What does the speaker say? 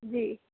جی